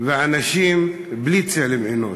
ואנשים בלי צלם אנוש,